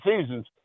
seasons